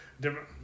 different